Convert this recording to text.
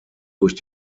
durch